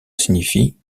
signifie